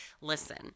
Listen